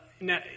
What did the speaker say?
now